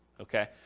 okay